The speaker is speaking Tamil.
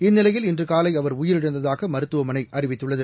இந்நிலையில் இன்றுகாலைஅவர் உயிரிழந்ததாகமருத்துவமனைஅறிவித்துள்ளது